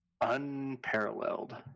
unparalleled